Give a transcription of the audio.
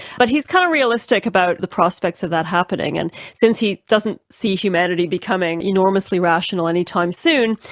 but he's kind of realistic about the prospects of that happening, and since he doesn't see humanity becoming enormously rational any time soon,